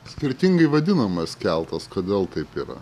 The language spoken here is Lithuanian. skirtingai vadinamas keltas kodėl taip yra